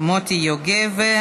מוטי יוגב.